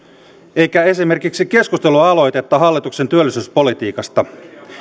eikä esimerkiksi keskustelualoitetta hallituksen työllisyyspolitiikasta